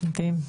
מדהים.